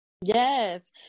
Yes